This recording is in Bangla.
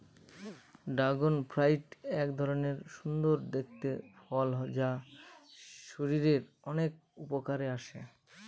ড্রাগন ফ্রুইট এক ধরনের সুন্দর দেখতে ফল যা শরীরের অনেক উপকারে আসে